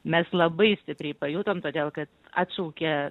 mes labai stipriai pajutom todėl kad atšaukė